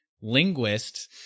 linguist